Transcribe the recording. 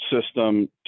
system